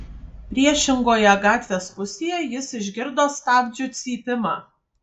priešingoje gatvės pusėje jis išgirdo stabdžių cypimą